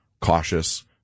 cautious